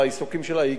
העיקר זה בתחום